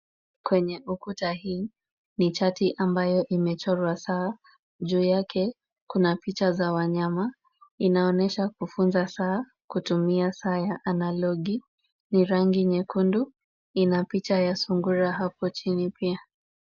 Kwenye ukuta hii, ni chati ambayo imechorwa saa. Juu yake kuna picha za wanyama. Inaonyesha kufunza saa kutumia saa ya analogi . Ni rangi nyekundu, ina picha ya sungura hapo chini pia.